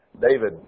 David